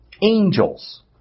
angels